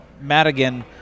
Madigan